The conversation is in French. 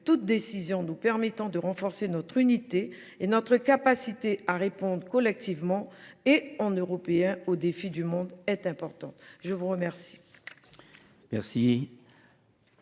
toute décision nous permettant de renforcer notre unité et notre capacité à répondre collectivement et en Européens aux défis du monde est importante. La parole